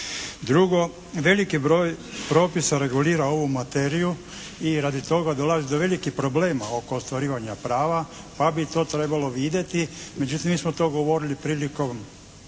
Drugo, veliki broj propisa regulira ovu materiju i radi toga dolazi do velikih problema oko ostvarivanja prava pa bi to trebalo vidjeti. Međutim, mi smo to govorili prilikom